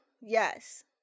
yes